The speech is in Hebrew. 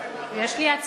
זה לא בסדר.